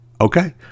Okay